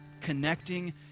Connecting